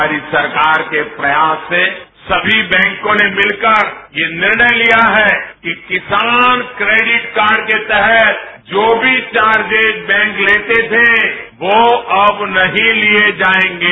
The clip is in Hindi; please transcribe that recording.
हमारी सरकार के प्रयास से सभी बैंकों ने मिलकर ये निर्णय लिया है कि किसान क्रेडिट कार्ड के तहत जो भी चार्जेज बैंक लेते थे वो अब नहीं लिए जाएंगे